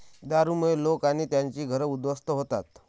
दारूमुळे लोक आणि त्यांची घरं उद्ध्वस्त होतात